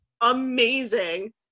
amazing